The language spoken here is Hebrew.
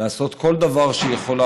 לעשות כל דבר שהיא יכולה,